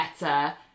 better